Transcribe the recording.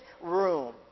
room